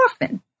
orphan